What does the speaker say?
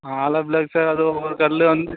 hollow block sir அது ஒரு கல் வந்து